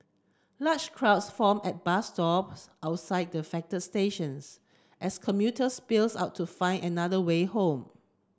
large crowds form at bus stops outside the affect stations as commuters spilled out to find another way home